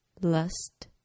lust